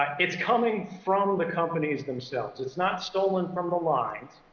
it's coming from the companies themselves. it's not stolen from the lines.